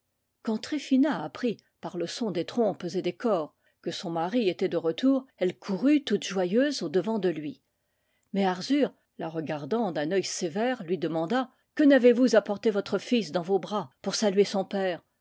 quand tryphina apprit par le son des trompes et des cors que son mari était de retour elle courut toute joyeuse au-devant de lui mais arzur la regardant d'un œil sévère lui demanda que n'avez-vous apporté votre fils dans vos bras pour saluer son père